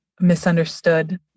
misunderstood